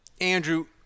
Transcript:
Andrew